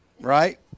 Right